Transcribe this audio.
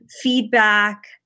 feedback